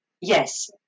yes